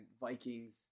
Vikings